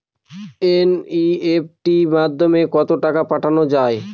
NEFT মাধ্যমে কত টাকা পাঠানো যায়?